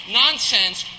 nonsense